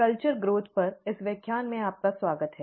culture growth पर इस व्याख्यान में आपका स्वागत है